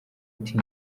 ati